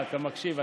אתה מקשיב?